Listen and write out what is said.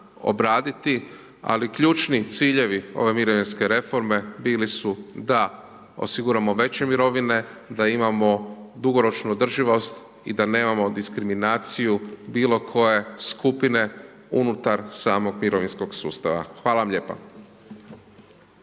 obraditi, ali ključni ciljevi ove mirovinske reforme bili su da osiguramo veće mirovine, da imamo dugoročnu održivost i da nemamo diskriminaciju bilo koje skupine unutar samog mirovinskog sustava. Hvala vam lijepa.